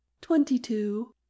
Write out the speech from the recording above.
Twenty-two